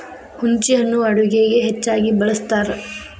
ಹುಂಚಿಹಣ್ಣು ಅಡುಗೆಗೆ ಹೆಚ್ಚಾಗಿ ಬಳ್ಸತಾರ